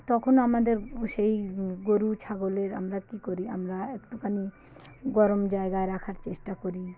তখনও আমাদের সেই গোরু ছাগলের আমরা কী করি আমরা একটুখানি গরম জায়গায় রাখার চেষ্টা করি